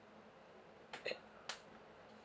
eh